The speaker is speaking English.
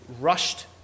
rushed